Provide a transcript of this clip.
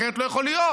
אחרת לא יכול להיות.